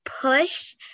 push